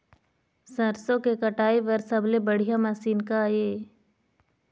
सरसों के कटाई बर सबले बढ़िया मशीन का ये?